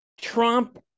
Trump